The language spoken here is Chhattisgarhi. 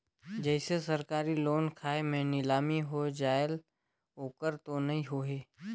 जैसे सरकारी लोन खाय मे नीलामी हो जायेल ओकर तो नइ होही?